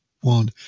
one